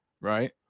right